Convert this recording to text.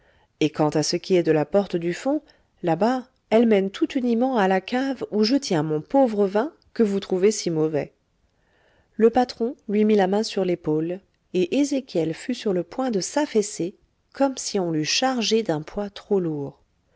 et quant à ce qui est de la porte du fond là-bas elle mène tout uniment à la cave où je tiens mon pauvre vin que vous trouvez si mauvais le patron lui mit la main sur l'épaule et ezéchiel fut sur le point de s'affaisser comme si on l'eût chargé d'un poids trop lourd